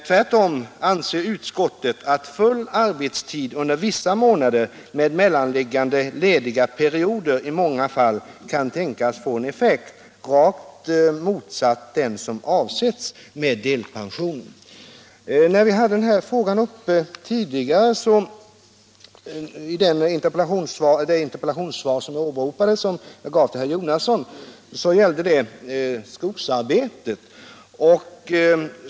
Tvärtom anser utskottet att full arbetstid under vissa månader med mellanliggande helt lediga perioder i många fall kan tänkas få en effekt rakt motsatt den med delpensionen avsedda.” När vi hade den här frågan uppe till behandling i det interpellationssvar som åberopades och som jag gav till herr Jonasson, så gällde det skogsarbete.